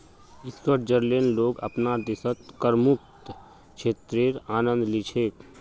स्विट्जरलैंडेर लोग अपनार देशत करमुक्त क्षेत्रेर आनंद ली छेक